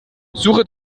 suche